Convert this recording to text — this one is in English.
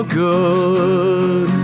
good